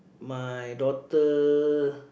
my daughter